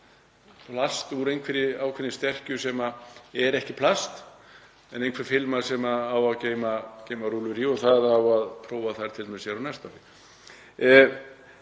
plast úr ákveðinni sterkju sem er ekki plast en einhver filma sem á að geyma rúllur í og það á að prófa það hér á næsta ári.